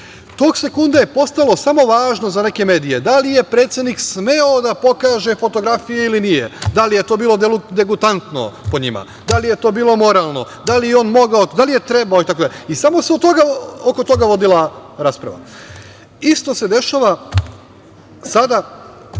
tog sekunda je postalo samo važno za neke medije da li je predsednik smeo da pokaže fotografije ili nije, da li je to bilo degutantno po njima, da li je to bilo moralno, da li je mogao, da li je trebao, itd? I, samo se oko toga vodila rasprava. Isto se dešava sada,